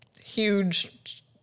huge